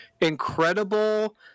incredible